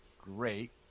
great